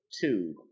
two